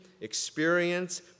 experience